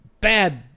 bad